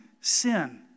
sin